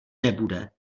nebude